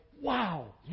wow